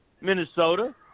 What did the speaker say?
Minnesota